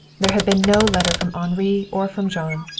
there had been no letter from henri or from jean.